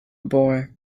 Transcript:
boy